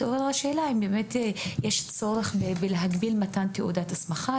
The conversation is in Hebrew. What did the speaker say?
מתעוררת השאלה: האם באמת יש צורך בהגבלת מתן תעודת הסמכה,